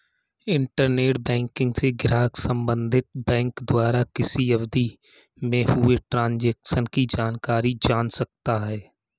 internet banking से ग्राहक संबंधित बैंक द्वारा किसी अवधि में हुए ट्रांजेक्शन की जानकारी जान सकता है